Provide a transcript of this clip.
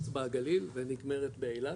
אצבע הגליל ונגמרת באילת,